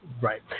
Right